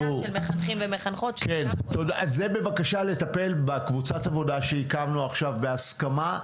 זה בבקשה לטפל בקבוצת עבודה שהקמנו עכשיו בהסכמה,